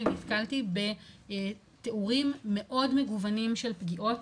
נתקלתי תיאורים מאוד מגוונים של פגיעות,